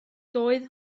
doedd